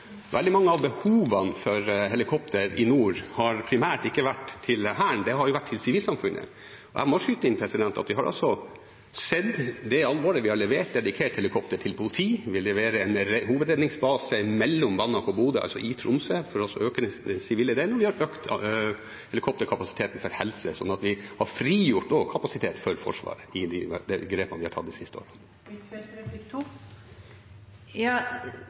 helikopter i nord har primært ikke vært til Hæren. Det har vært til sivilsamfunnet. Jeg må skyte inn at vi har sett det alvoret. Vi har levert dedikert helikopter til politiet. Vi leverer en hovedredningsbase mellom Banak og Bodø, i Tromsø, for å øke den sivile delen. Vi har økt helikopterkapasiteten for helse. Så vi har frigjort kapasitet for Forsvaret med de grepene vi har tatt de siste årene.